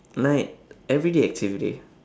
like everyday activity